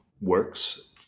works